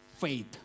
faith